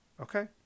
okay